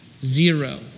Zero